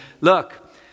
look